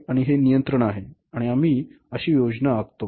आणि आम्ही कशी योजना आखतो